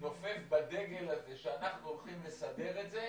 נופף בדגל הזה שאנחנו הולכים לסדר את זה